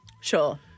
Sure